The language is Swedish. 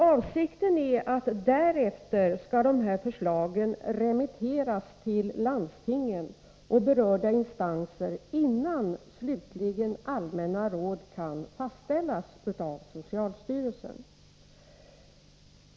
Avsikten är att dessa förslag därefter skall remitteras till landsting och berörda instanser, innan de allmänna råden fastställs av socialstyrelsen.